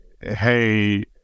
Hey